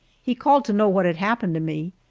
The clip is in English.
he called to know what had happened to me,